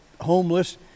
homeless